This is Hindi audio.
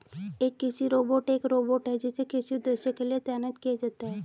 एक कृषि रोबोट एक रोबोट है जिसे कृषि उद्देश्यों के लिए तैनात किया जाता है